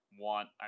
want